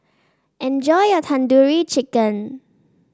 enjoy your Tandoori Chicken